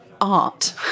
art